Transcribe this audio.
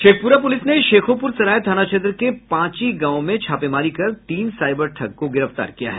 Sheikhpura police ने शेखोपुरसराय थाना क्षेत्र के पांची गाव से तीन साइबर ठग को गिरफ्तार किया है